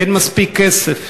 אין מספיק כסף.